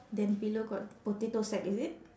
then below got potato sack is it